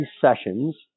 sessions